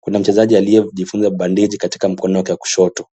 kuna mchezaji aliyejifunga bandeji katika mkono wake wa kushoto.